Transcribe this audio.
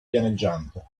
pianeggiante